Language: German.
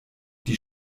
die